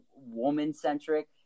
woman-centric